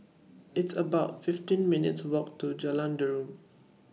It's about fifteen minutes' Walk to Jalan Derum